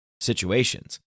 situations